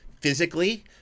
physically